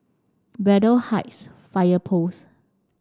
Braddell Heights Fire Post